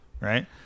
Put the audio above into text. Right